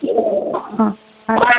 অঁ